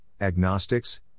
agnostics